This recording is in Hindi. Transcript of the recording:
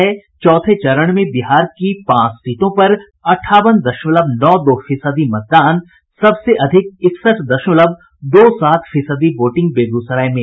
हिन्दुस्तान लिखता है चौथे चरण में बिहार की पांच सीटों पर अठावन दशमलव नौ दो फीसदी मतदान सबसे अधिक इकसठ दशमलव दो सात फीसदी वोटिंग बेगूसराय में